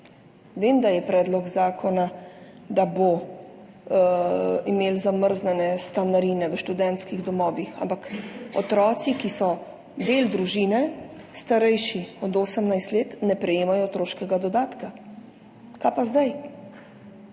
Vem, da je predlog zakona, da bodo imeli zamrznjene stanarine v študentskih domovih. Ampak otroci, ki so del družine, starejši od 18 let, ne prejemajo otroškega dodatka. Kaj pa zdaj?